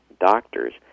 doctors